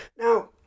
Now